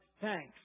thanks